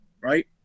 right